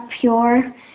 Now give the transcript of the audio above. pure